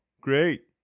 great